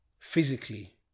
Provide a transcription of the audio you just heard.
Physically